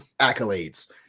accolades